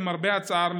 למרבה הצער,